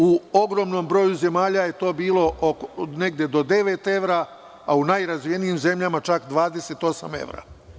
U ogromnom brojuzemalja je to bilo negde do devet evra, a u najrazvijenijim zemljama čak 28 evra.